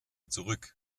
zurück